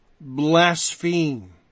blaspheme